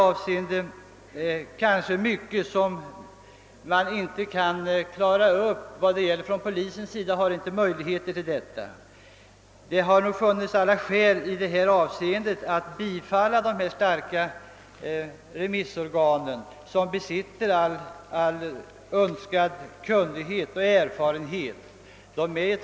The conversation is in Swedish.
Polisen har tydligen inte möjlighet att klara upp alla inbrott. Det hade då funnits alla skäl att biträda de motioner som tillstyrkts av de remissorgan vilka besitter all önskad kunnighet och erfarenhet på området.